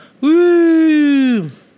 Woo